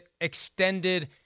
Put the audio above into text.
extended